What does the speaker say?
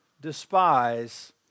despise